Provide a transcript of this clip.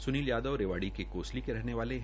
सुनील यादव रेवाड़ी के कोसली के रहने वाले है